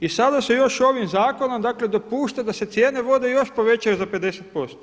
I sada se još ovim zakonom dakle dopušta da se cijene vode još povećaju za 50%